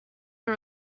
are